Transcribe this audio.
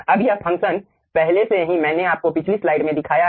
अब यह फ़ंक्शन पहले से ही मैंने आपको पिछली स्लाइड में दिखाया है